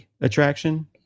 attraction